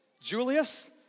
Julius